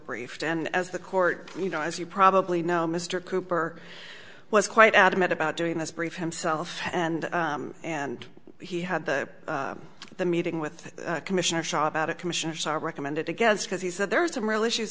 briefed and as the court you know as you probably know mr cooper was quite adamant about doing this brief himself and and he had the meeting with commissioner shop out of commission or so recommended against because he said there are some real issues